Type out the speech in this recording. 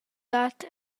dat